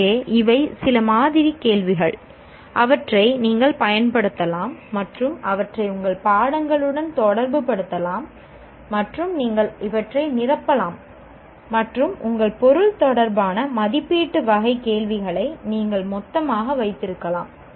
எனவே இவை சில மாதிரி கேள்விகள் அவற்றை நீங்கள் பயன்படுத்தலாம் மற்றும் அவற்றை உங்கள் பாடங்களுடன் தொடர்புபடுத்தலாம் மற்றும் நீங்கள் இவற்றை நிரப்பலாம் மற்றும் உங்கள் பொருள் தொடர்பான மதிப்பீட்டு வகை கேள்விகளை நீங்கள் மொத்தமாக வைத்திருக்கலாம்